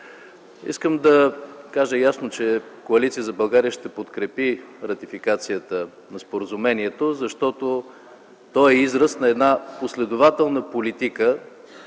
Искам да кажа ясно, че Коалиция за България ще подкрепи ратификацията на Споразумението, защото то е израз на една последователна политика,